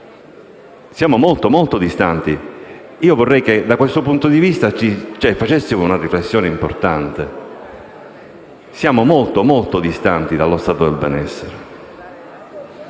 da testo ottocentesco. Vorrei che da questo punto di vista facessimo una riflessione importante. Siamo molto, molto distanti dallo Stato del benessere.